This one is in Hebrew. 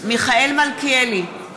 מיכאל מלכיאלי,